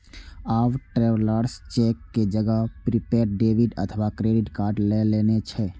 आब travellers cheque के जगह प्रीपेड डेबिट अथवा क्रेडिट कार्ड लए लेने छै